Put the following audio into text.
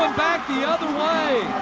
back the other way